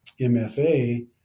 MFA